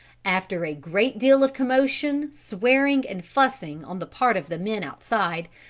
after a great deal of commotion, swearing and fussing on the part of the men outside,